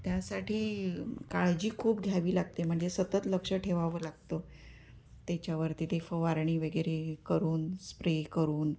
त्यासाठी काळजी खूप घ्यावी लागते म्हणजे सतत लक्ष ठेवावं लागतं त्याच्यावरती ते फवारणी वगैरे करून स्प्रे करून